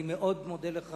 אני מאוד מודה לך